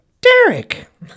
Derek